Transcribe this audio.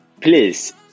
please